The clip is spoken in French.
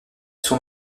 son